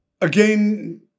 Again